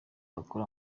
wakora